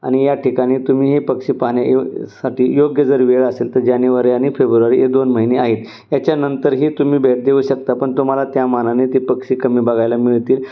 आणि या ठिकाणी तुम्ही हे पक्षी पाहण्यासाठी योग्य जर वेळ असेल तर जानेवारी आणि फेब्रुवारी हे दोन महिने आहेत याच्यानंतरही तुम्ही भेट देऊ शकता पण तुम्हाला त्या मानाने ते पक्षी कमी बघायला मिळतील